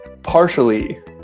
partially